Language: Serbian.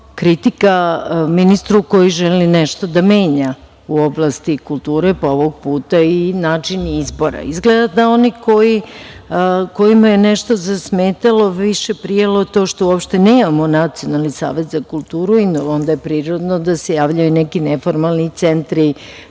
kritiku ministru koji želi nešto da menja u oblasti kulture, pa ovog puta i način izbora. Izgleda da onima kojima je nešto zasmetalo više prijalo to što uopšte nemamo Nacionalni savet za kulturu i onda je prirodno da se javljaju neki neformalni centri